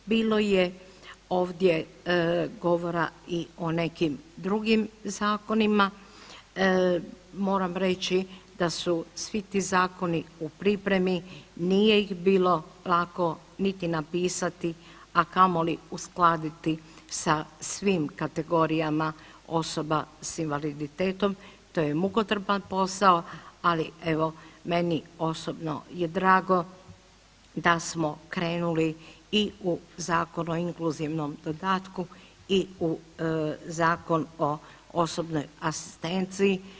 Bilo je ovdje govora i o nekim drugim zakonima, moram reći da su svi ti zakoni u pripremi nije ih bilo lako niti napisati, a kamoli uskladiti sa svim kategorijama osoba s invaliditetom, to je mukotrpan posao, ali evo meni je osobno je drago da smo krenuli i u Zakon o inkluzivnom dodatku i u Zakon o osobnoj asistenciji.